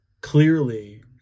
clearly